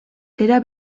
era